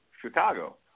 Chicago